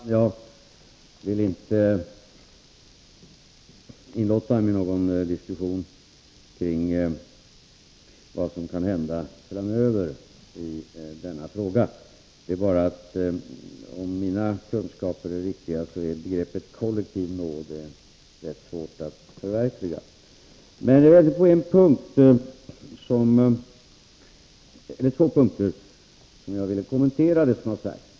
Fru talman! Jag vill inte tillåta mig någon diskussion kring vad som kan hända framöver i denna fråga. Jag vill bara säga att om mina kunskaper är riktiga är begreppet kollektiv nåd rätt svårt att förverkliga. Jag vill på två punkter kommentera det som har sagts.